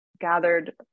Gathered